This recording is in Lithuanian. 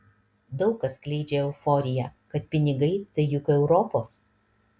daug kas skleidžia euforiją kad pinigai tai juk europos